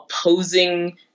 opposing